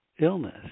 illness